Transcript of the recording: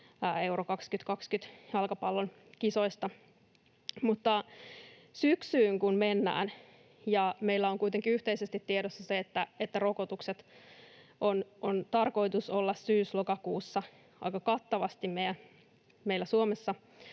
EURO 2020 ‑jalkapallokisoista. Syksyyn kun mennään ja kun meillä on kuitenkin yhteisesti tiedossa se, että rokotusten on tarkoitus olla syys—lokakuussa aika kattavasti meillä Suomessa